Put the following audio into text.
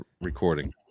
recording